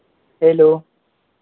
hello